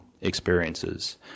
experiences